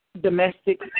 Domestic